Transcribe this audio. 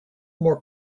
more